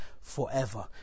forever